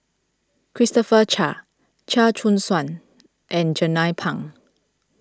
Christopher Chia Chia Choo Suan and Jernnine Pang